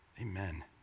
Amen